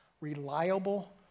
reliable